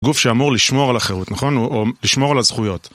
גוף שאמור לשמור על החירות, נכון? או לשמור על הזכויות.